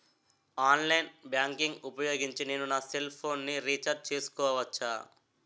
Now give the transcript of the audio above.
Online banking ఊపోయోగించి నేను నా సెల్ ఫోను ని రీఛార్జ్ చేసుకోవచ్చా?